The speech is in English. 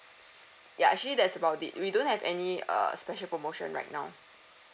ya actually that's about it we don't have any uh special promotion right now